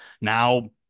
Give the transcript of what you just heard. Now